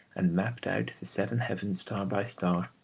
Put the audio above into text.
and mapped out the seven heavens star by star,